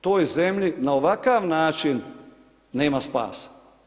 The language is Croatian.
Toj zemlji na ovakav način nema spasa.